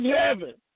heaven